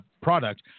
product